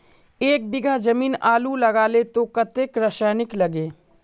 एक बीघा जमीन आलू लगाले तो कतेक रासायनिक लगे?